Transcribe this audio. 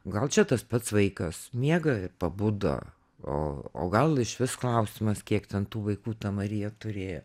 gal čia tas pats vaikas miega pabudo o o gal išvis klausimas kiek ten tų vaikų ta marija turėjo